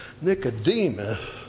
Nicodemus